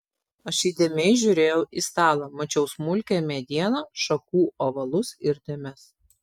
aš įdėmiai žiūrėjau į stalą mačiau smulkią medieną šakų ovalus ir dėmes